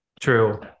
true